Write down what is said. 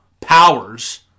powers